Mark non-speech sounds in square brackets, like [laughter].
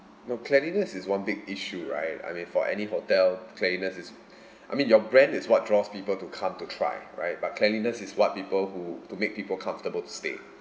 your cleanliness is one big issue right I mean for any hotel cleanliness is [breath] I mean your brand is what draws people to come to try right but cleanliness is what people who to make people comfortable to stay [breath]